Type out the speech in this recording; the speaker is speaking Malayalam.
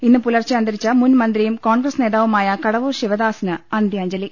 ഇന്ന് പുലർച്ചെ അന്തരിച്ച മുൻമന്ത്രിയും കോൺഗ്രസ് നേതാ വുമായ കടവൂർ ശിവദാസ്ന് അന്ത്യാഞ്ജലി